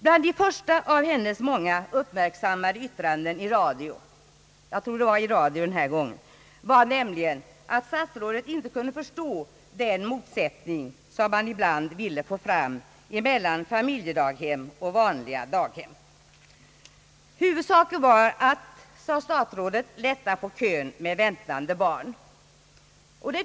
Bland de första av hennes många uppmärksammade yttranden — jag tror det var i radio den här gången — sade nämligen statsrådet att hon inte kunde förstå den motsättning som man ibland ville få fram mellan familjedaghem och vanliga daghem. Huvudsaken var, sade statsrådet, att minska på kön med väntande barn.